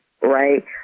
right